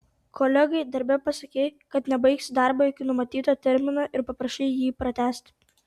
kolegai darbe pasakei kad nebaigsi darbo iki numatyto termino ir paprašei jį pratęsti